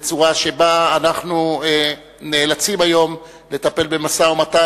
בצורה שבה אנחנו נאלצים היום לטפל במשא-ומתן